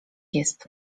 jest